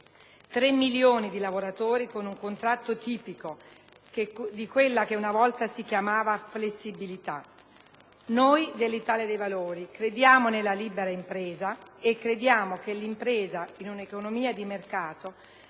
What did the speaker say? milioni di lavoratori con un contratto tipico di quella che una volta si chiamava flessibilità. Noi dell'Italia dei Valori crediamo nella libera impresa e crediamo che l'impresa, in un'economia di mercato,